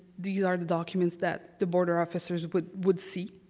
these are the documents that the border officers would would see.